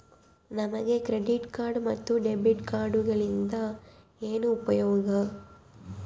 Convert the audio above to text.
ನಮಗೆ credit card ಮತ್ತು debit ಕಾರ್ಡುಗಳಿಂದ ಏನು ಉಪಯೋಗ?